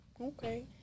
Okay